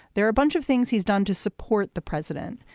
there are a bunch of things he's done to support the president.